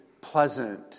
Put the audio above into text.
pleasant